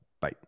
bye